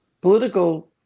political